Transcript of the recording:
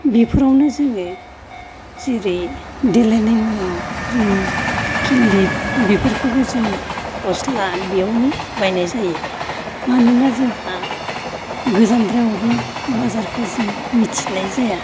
बेफोरावनो जोङो जेरै देलायनाय मुवा क्रिम क्लिप बेफोरखौबो जों गस्ला बेयावनो बायनाय जायो मानोना जोंहा गोजानद्रायावबो बाजारखौ जों मिथिनाय जाया